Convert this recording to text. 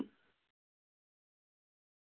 ꯎꯝ ꯑꯗꯣ ꯀꯔꯝ ꯀꯥꯟꯗ ꯆꯠꯁꯤꯒꯦ